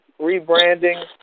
rebranding